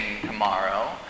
tomorrow